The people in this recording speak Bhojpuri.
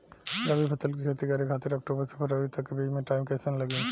रबी फसल के खेती करे खातिर अक्तूबर से फरवरी तक के बीच मे टाइम कैसन रही?